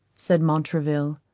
said montraville.